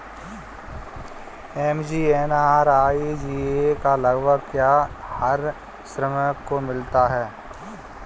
MGNREGA का लाभ क्या हर श्रमिक को मिलता है?